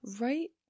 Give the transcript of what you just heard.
Right